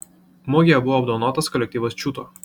mugėje buvo apdovanotas kolektyvas čiūto